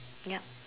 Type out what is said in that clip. yup